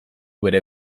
bere